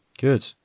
Good